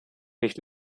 nicht